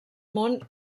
mont